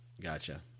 Gotcha